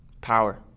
Power